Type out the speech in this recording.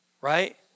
Right